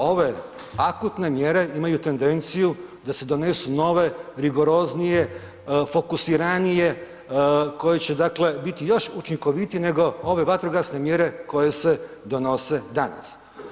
Ove akutne mjere imaju tendenciju da se donesu nove rigoroznije, fokusiranije koje će, dakle biti još učinkovitije nego ove vatrogasne mjere koje se donose danas.